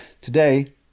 Today